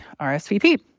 RSVP